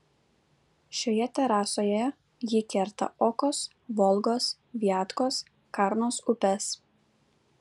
šioje terasoje ji kerta okos volgos viatkos karnos upes